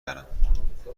دارم